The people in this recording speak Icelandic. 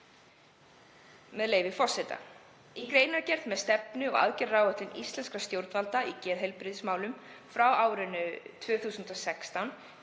með leyfi forseta: „Í greinargerð með stefnu og aðgerðaáætlun íslenskra stjórnvalda í geðheilbrigðismálum frá árinu 2016